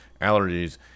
allergies